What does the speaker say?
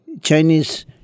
Chinese